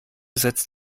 setzt